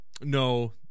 No